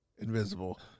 invisible